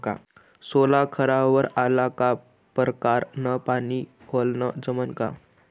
सोला खारावर आला का परकारं न पानी वलनं जमन का?